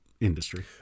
industry